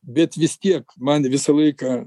bet vis tiek man visą laiką